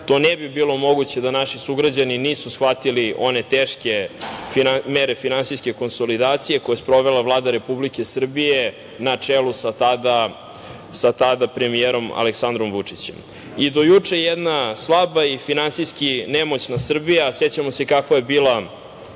To ne bi bilo moguće da naši sugrađani nisu shvatili one teške mere finansijske konsolidacije koje je sprovela Vlada Republike Srbije na čelu sa tada premijerom Aleksandrom Vučićem. Do juče jedna slaba i finansijski nemoćna Srbija, sećamo se kakva je bila